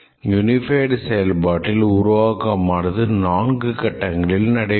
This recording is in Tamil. யுனிஃபைடு செயல்பாட்டில் உருவாக்கமானது 4 கட்டங்களில் நடைபெறும்